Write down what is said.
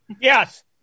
Yes